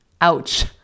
Ouch